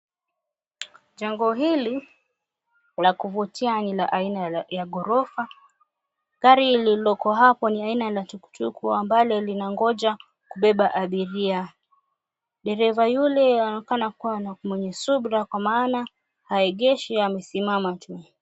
Jengo hili la kuvutia ni la aina ya ghorofa, gari lililoko hapo ni aina la tukutuku ambalo linangoja kubeba abiria. Dereva yule anaonekana kuwa na mwenye subra kwa maana haegeshi amesimama tu.